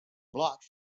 blocked